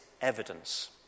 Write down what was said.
evidence